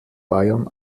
bayern